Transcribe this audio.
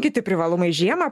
kiti privalumai žiemą